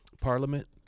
Parliament